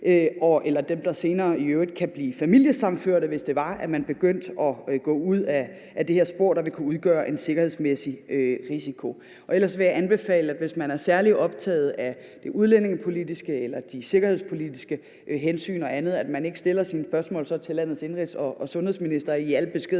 – dem, der i øvrigt senere kan blive familiesammenførte, hvis det var, at man begyndte at gå ud ad det her spor – der vil kunne udgøre en sikkerhedsmæssig risiko. Hvis man er særlig optaget af de udlændingepolitiske eller sikkerhedspolitiske hensyn og andet, vil jeg anbefale, at man ikke stiller sine spørgsmål til landets indenrigs- og sundhedsminister, i al beskedenhed,